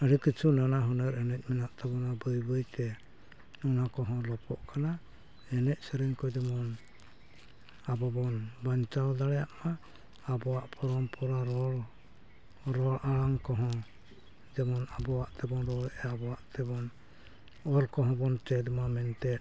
ᱟᱹᱰᱤ ᱠᱤᱪᱷᱩ ᱱᱟᱱᱟᱼᱦᱩᱱᱟᱹᱨ ᱮᱱᱮᱡ ᱢᱮᱱᱟᱜ ᱛᱟᱵᱚᱱᱟ ᱵᱟᱹᱭᱼᱵᱟᱹᱭᱛᱮ ᱱᱚᱣᱟ ᱠᱚᱦᱚᱸ ᱞᱚᱯᱚᱜ ᱟᱠᱟᱱᱟ ᱮᱱᱮᱡᱼᱥᱮᱨᱮᱧ ᱠᱚ ᱡᱮᱢᱚᱱ ᱟᱵᱚᱵᱚᱱ ᱵᱟᱧᱪᱟᱣ ᱫᱟᱲᱮᱭᱟᱜ ᱢᱟ ᱟᱵᱚᱣᱟᱜ ᱯᱚᱨᱚᱢᱯᱚᱨᱟ ᱨᱚᱲ ᱨᱚᱲ ᱟᱲᱟᱝ ᱠᱚᱦᱚᱸ ᱡᱮᱢᱚᱱ ᱟᱱᱚᱣᱟᱜ ᱛᱮᱵᱚᱱ ᱨᱚᱲᱮᱫᱼᱟ ᱵᱚᱱ ᱟᱵᱚᱣᱟᱜ ᱛᱮᱵᱚᱱ ᱚᱞ ᱠᱚᱦᱚᱸ ᱵᱚᱱ ᱪᱮᱫᱢᱟ ᱢᱮᱱᱛᱮ